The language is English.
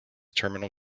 terminal